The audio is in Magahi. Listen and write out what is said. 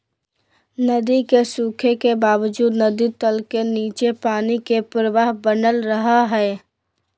नदी के सूखे के बावजूद नदी तल के नीचे पानी के प्रवाह बनल रहइ हइ